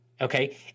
okay